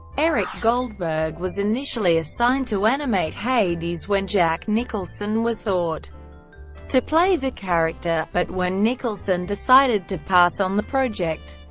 eric goldberg was initially assigned to animate hades when jack nicholson was thought to play the character, but when nicholson decided to pass on the project,